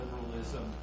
liberalism